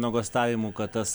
nuogąstavimų kad tas